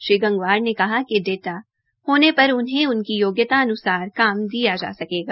श्री गंगवार ने कहा कि डाटा होने पर उन्हें उनकी योग्यता अन्सार काम दिया जा सकेगा